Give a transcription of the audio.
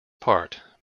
part